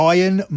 Iron